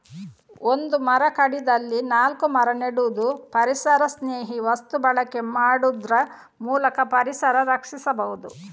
ಒಂದು ಮರ ಕಡಿದಲ್ಲಿ ನಾಲ್ಕು ಮರ ನೆಡುದು, ಪರಿಸರಸ್ನೇಹಿ ವಸ್ತು ಬಳಕೆ ಮಾಡುದ್ರ ಮೂಲಕ ಪರಿಸರ ರಕ್ಷಿಸಬಹುದು